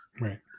Right